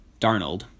Darnold